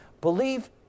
believe